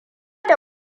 da